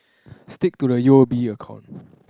stick to the u_o_b account